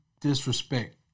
disrespect